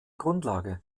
grundlage